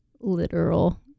literal